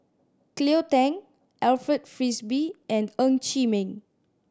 Cleo Thang Alfred Frisby and Ng Chee Meng